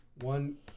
One